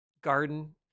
garden